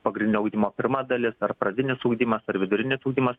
pagrindinio ugdymo pirma dalis ar pradinis ugdymas ar vidurinis ugdymas